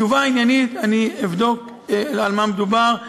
תשובה עניינית, אני אבדוק על מה מדובר.